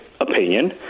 Opinion